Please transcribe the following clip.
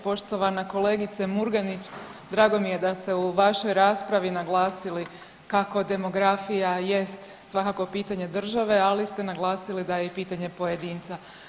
Poštovana kolegice Murganić, drago mi je da ste u vašoj raspravi naglasili kako demografija jest svakako pitanje države, ali ste naglasili da je i pitanje pojedinca.